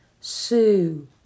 Sue